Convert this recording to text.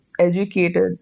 educated